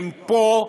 הם פה,